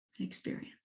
Experience